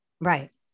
Right